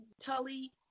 Tully